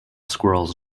squirrels